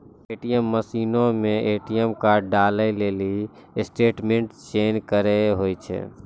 ATM मशीनो मे ATM card डालै लेली स्टेटमेंट चयन करे होय छै